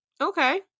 okay